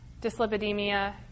dyslipidemia